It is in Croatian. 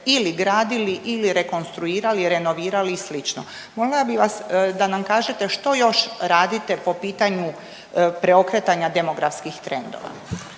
ili gradili ili rekonstruirali i renovirali i slično. Molila bi vas da nam kažete što još radite po pitanju preokretanja demografskih trendova.